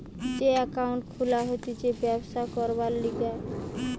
যে একাউন্ট খুলা হতিছে ব্যবসা করবার লিগে